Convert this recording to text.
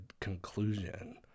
conclusion